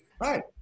right